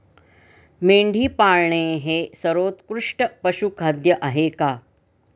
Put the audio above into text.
मेंढी पाळणे हे सर्वोत्कृष्ट पशुखाद्य आहे का?